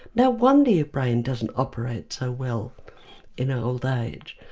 no wonder your brain doesn't operate so well in old age.